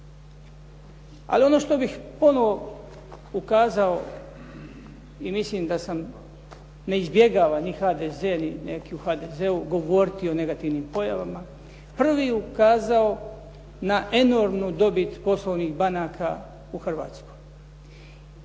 Ali ono što bih ponovo ukazao i mislim da sam, ne izbjegava ni HDZ-a i neki u HDZ-u govoriti o negativnim pojavama, prvi ukazao na enormnu dobit poslovnih banaka u Hrvatskoj.